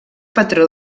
patró